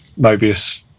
Mobius